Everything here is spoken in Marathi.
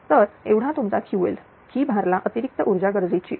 तर एवढा तुमचा Ql ही भार ला अतिरिक्त ऊर्जा गरजेची आहे